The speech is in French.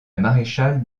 maréchale